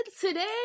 today